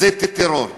זה טרור.